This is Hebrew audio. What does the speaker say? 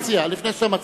לפני שאתה מציע,